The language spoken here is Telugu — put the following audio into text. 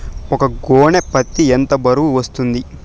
ఒక గోనె పత్తి ఎంత బరువు వస్తుంది?